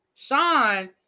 Sean